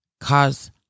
cause